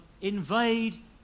invade